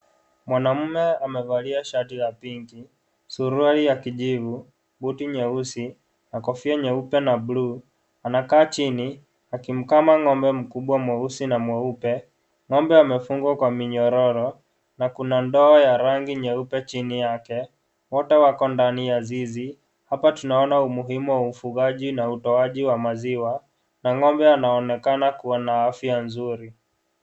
Mwanamme amevalia shati la pinki, suruali ya kijivu, buti nyeusi, na kofia nyeupe na(cs)blue(cs), anakaa chini, akimkama ngombe mkubwa mweusi na mweupe, ngombe amefungwa kwa minyororo, na kuna ndoo ya rangi nyeupe chini yake, wote wako ndani ya zizi, hapa tunaona umuhimu wa ufugaji na utoaji wa maziwa, na ngombe anaonekana kuwa na afya nzuri.